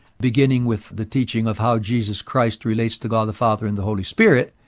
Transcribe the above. beginning with the teaching of how jesus christ relates to god the father and the holy spirit,